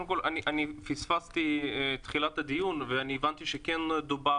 קודם כל פספסתי את תחילת הדיון והבנתי שכן דובר